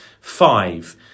Five